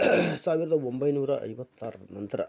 ಸಾವಿರದ ಒಂಬೈನೂರ ಐವತ್ತಾರರ ನಂತರ